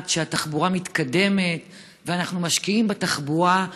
ושומעת שהתחבורה מתקדמת ואנחנו משקיעים בתחבורה,